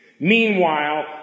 Meanwhile